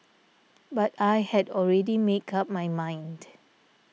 but I had already make up my mind